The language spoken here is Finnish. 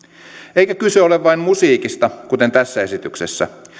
eikä kyse ole vain musiikista kuten tässä esityksessä